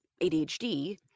ADHD